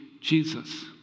Jesus